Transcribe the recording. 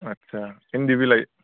आच्चा इन्दि बिलाइ